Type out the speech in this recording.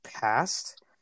past